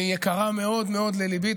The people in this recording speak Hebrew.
היא יקרה מאוד מאוד לליבי.